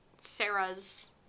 Sarah's